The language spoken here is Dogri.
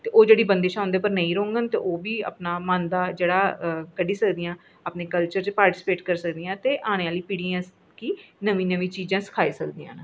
ते ओह् बंदिशां उंदे पर नेईं रौह्ङन ते ओह्बी जेह्ड़ा अपने मन दा जेह्ड़ा कड्ढी सकदियां ते अपने कल्चर च पार्टीस्पेट करी सकदियां ते आने आह्ले गी नमीं नमीं चीज़ां सखाई सकदियां न